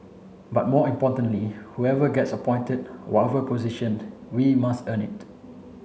but more importantly whoever gets appointed whatever position we must earn it